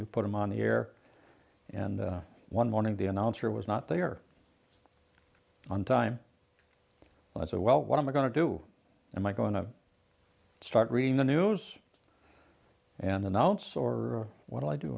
you put him on the air and one morning the announcer was not there on time i said well what am i going to do i am i going to start reading the news and announce or what do i do